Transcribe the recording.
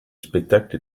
spectacle